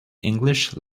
english